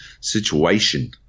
situation